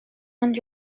and